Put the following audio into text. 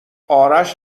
آرش